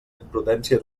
imprudència